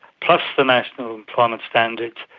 plus the national employment standards,